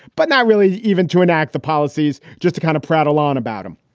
but not really even to enact the policies, just to kind of prattle on about him.